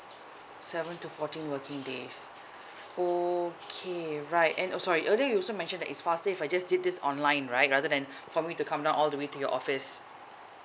seven to fourteen working days okay right and uh sorry earlier you also mentioned that it's faster if I just did this online right rather than for me to come down all the way to your office